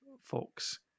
folks